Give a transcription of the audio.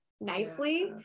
nicely